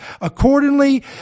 accordingly